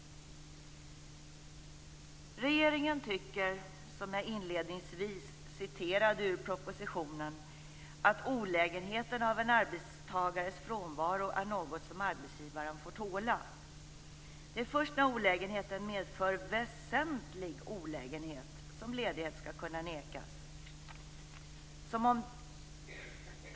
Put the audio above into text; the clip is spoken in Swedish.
Regeringen tycker, som jag inledningsvis refererade från propositionen, att olägenheten av en arbetstagares frånvaro är något som arbetsgivaren får tåla. Det är först när olägenheten medför väsentlig olägenhet som ledighet skall kunna nekas.